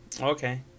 Okay